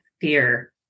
fear